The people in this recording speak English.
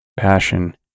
Passion